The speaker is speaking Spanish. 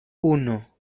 uno